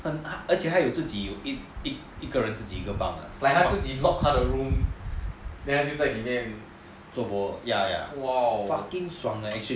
而且他有自己的 bunk like 他自己 block 他的 room then 在里面 zuo bo fucking 爽的 actually 真的是 zuo bo